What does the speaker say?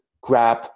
grab